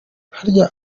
harya